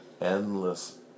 endless